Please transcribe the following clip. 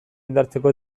indartzeko